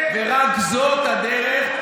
ורק זאת הדרך,